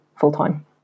full-time